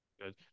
Good